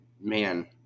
man